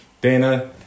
Dana